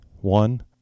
One